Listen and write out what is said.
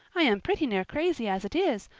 i am pretty near crazy as it is,